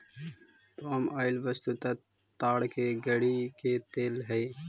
पाम oil वस्तुतः ताड़ के गड़ी के तेल हई